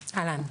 אהלן,